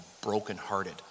brokenhearted